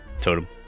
Totem